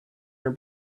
her